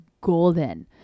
golden